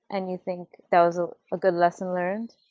and you think that was a good lesson learned?